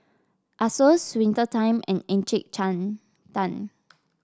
Asos Winter Time and Encik Tan